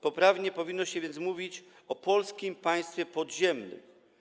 Poprawnie powinno się więc mówić o Polskim Państwie Podziemnym.